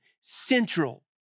central